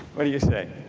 what do you say?